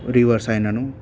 reverse అయినను